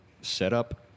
setup